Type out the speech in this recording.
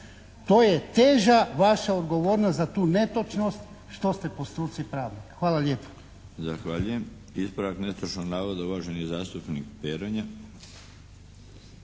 To je teža vaša odgovornost za tu netočnost što ste po struci pravnik. Hvala lijepa. **Milinović, Darko (HDZ)** Zahvaljujem. Ispravak netočnog navoda, uvaženi zastupnik Peronja.